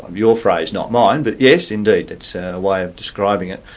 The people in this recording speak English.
your phrase, not mine but yes, indeed, that's a way of describing it.